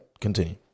Continue